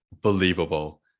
believable